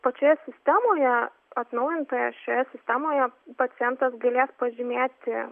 pačioje sistemoje atnaujintoje šioje sistemoje pacientas galės pažymėti